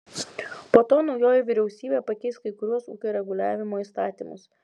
po to naujoji vyriausybė pakeis kai kuriuos ūkio reguliavimo įstatymus